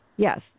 Yes